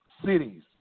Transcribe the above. cities